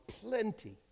plenty